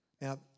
Now